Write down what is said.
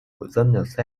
của